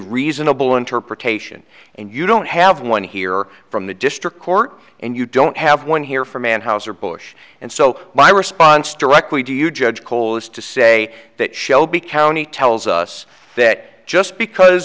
reasonable interpretation and you don't have one here from the district court and you don't have one here for man house or bush and so my response directly do you judge cole is to say that shelby county tells us that just because